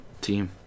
team